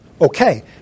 Okay